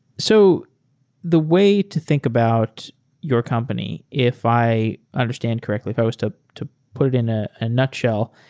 so the way to think about your company if i understand correctly, if i was to to put it in a ah nutshell,